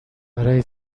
برای